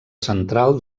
central